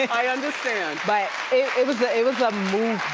i understand. but it was ah it was a moonbeam.